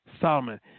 Solomon